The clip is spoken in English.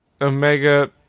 Omega